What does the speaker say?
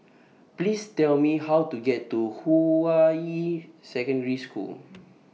Please Tell Me How to get to Hua Yi Secondary School